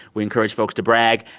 we encourage folks to brag,